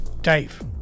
Dave